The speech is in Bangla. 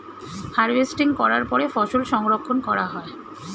হার্ভেস্টিং করার পরে ফসল সংরক্ষণ করা হয়